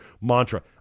mantra